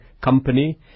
company